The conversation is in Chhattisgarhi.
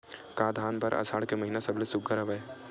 का धान बर आषाढ़ के महिना सबले सुघ्घर हवय?